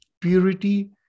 Purity